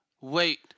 Wait